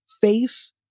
face